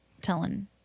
telling